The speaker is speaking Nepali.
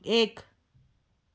एक